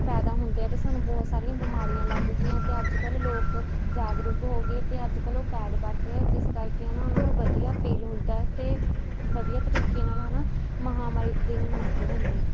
ਪੈਦਾ ਹੁੰਦੇ ਹੈ ਅਤੇ ਸਾਨੂੰ ਬਹੁਤ ਸਾਰੀਆਂ ਬਿਮਾਰੀਆਂ ਲੱਗ ਗਈਆਂ ਅਤੇ ਅੱਜ ਕੱਲ੍ਹ ਲੋਕ ਜਾਗਰੂਕ ਹੋ ਗਏ ਅਤੇ ਅੱਜ ਕੱਲ੍ਹ ਉਹ ਪੈਡ ਵਰਤਦੇ ਆ ਜਿਸ ਕਰਕੇ ਉਨ੍ਹਾਂ ਨੂੰ ਵਧੀਆ ਫੀਲ ਹੁੰਦਾ ਹੈ ਅਤੇ ਵਧੀਆ ਤਰੀਕੇ ਨਾਲ ਹੈ ਨਾ ਮਹਾਵਾਰੀ ਦੇ ਦਿਨ ਲੰਘ ਜਾਂਦੇ ਹੈ